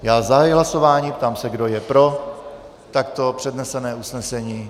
Zahajuji hlasování a ptám se, kdo je pro takto přednesené usnesení.